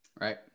right